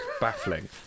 baffling